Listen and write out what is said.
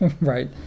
Right